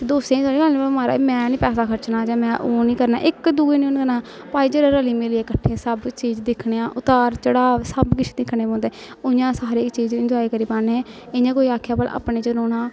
दोस्तें च एह् थोह्ड़ा गल्ल भला म्हाराज में निं पैसा खरचना जां में ओह् निं करना इक दुए नै उ'नें करना पाई चलो रली मिलियै कट्ठै सब्भ चीज दिक्खने आं उतार चढ़ाव सब्भ किश दिक्खने पौंदे उ'आं सारी चीज इनजाए करी पान्ने इ'यां कोई आक्खे भला अपने च रौह्ना